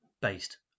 based